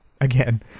again